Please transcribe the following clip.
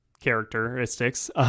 characteristics